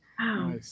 Wow